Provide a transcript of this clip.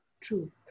true